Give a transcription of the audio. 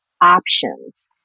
options